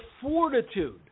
fortitude